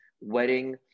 wedding